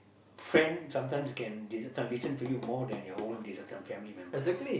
friends sometimes can listen some time listen to you more than your own this one family member